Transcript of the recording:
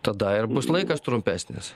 tada ir bus laikas trumpesnis